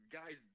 guys